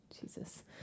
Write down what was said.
Jesus